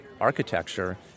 architecture